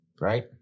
right